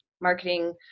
marketing